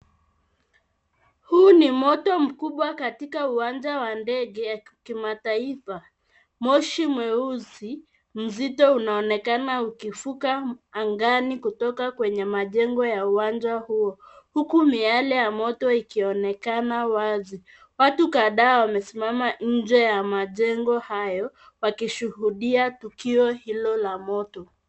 Huu ni moto mkubwa katika uwanja wa ndege ya kimataifa. Moshi mweusi mzito unaonekana ukifuka angani kutoka kwenye majengo ya uwanja huo, huku miale ya moto ukionekana wazi. Watu kadhaa wamesimama nje ya majengo hayo wakishuhudia tukio hilo la moto.